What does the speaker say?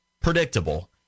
predictable